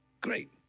Great